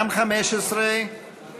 נגד, 53, אין נמנעים.